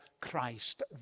Christ